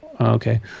Okay